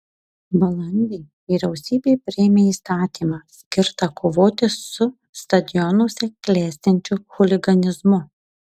balandį vyriausybė priėmė įstatymą skirtą kovoti su stadionuose klestinčiu chuliganizmu